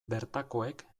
bertakoek